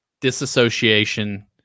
disassociation